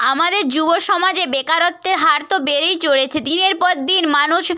আমাদের যুব সমাজে বেকারত্বের হার তো বেড়েই চলেছে দিনের পর দিন মানুষ